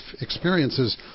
experiences